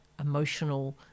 emotional